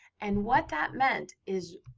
and what that meant is,